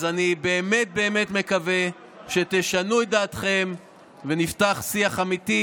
אז אני באמת באמת מקווה שתשנו את דעתכם ונפתח שיח אמיתי,